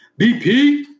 BP